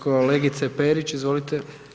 Kolegice Perić, izvolite.